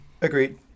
Agreed